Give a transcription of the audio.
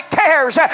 cares